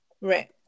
Right